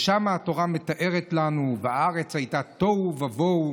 ושם התורה מתארת לנו: "והארץ היתה תֹהו ובֹהו",